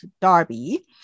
Darby